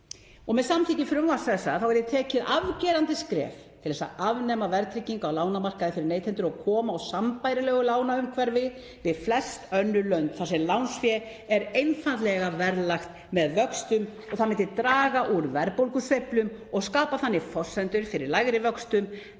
Með samþykkt frumvarpsins yrði tekið afgerandi skref til þess að afnema verðtryggingu á lánamarkaði fyrir neytendur og koma á sambærilegu lánaumhverfi við flest önnur lönd þar sem lánsfé er einfaldlega verðlagt með vöxtum. Það myndi draga úr verðbólgusveiflum og skapa þannig forsendur fyrir lægri vöxtum